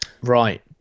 Right